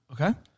okay